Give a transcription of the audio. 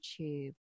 youtube